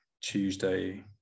Tuesday